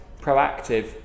proactive